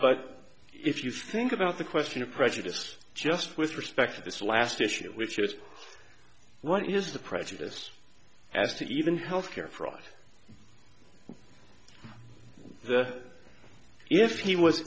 but if you think about the question of prejudice just with respect to this last issue which is what is the prejudice as to even health care fraud if he was